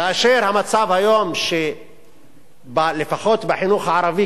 כאשר המצב היום שלפחות בחינוך הערבי,